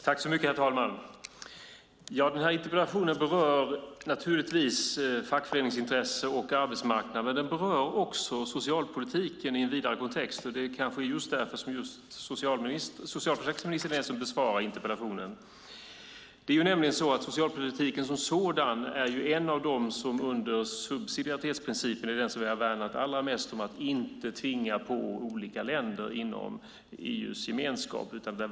Herr talman! Den här interpellationen berör naturligtvis fackföreningsintressen och arbetsmarknad, men den berör också socialpolitiken i en vidare kontext. Det kanske är just därför som socialförsäkringsministern är den som besvarar interpellationen. Det är nämligen så att socialpolitiken som sådan är något som vi under subsidiaritetsprincipen har värnat allra mest inte ska tvingas på olika länder inom EU:s gemenskap.